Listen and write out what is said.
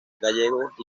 gallegos